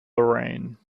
lorraine